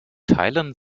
teilen